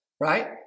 right